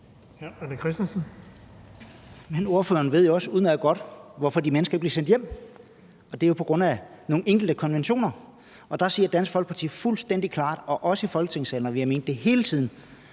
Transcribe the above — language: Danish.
Men ordføreren ved jo også udmærket godt, hvorfor de mennesker ikke bliver sendt hjem – det er jo på grund af nogle enkelte konventioner. Og der siger Dansk Folkeparti fuldstændig klart, også i Folketingssalen, og vi har ment det hele tiden,